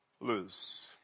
Lose